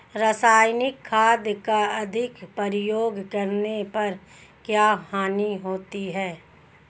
रासायनिक खाद का अधिक प्रयोग करने पर क्या हानि होती है?